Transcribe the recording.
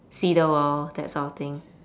see the world that sort of thing